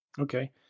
Okay